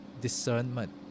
discernment